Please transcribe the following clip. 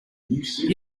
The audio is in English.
using